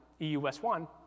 EUS1